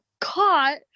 caught